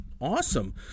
Awesome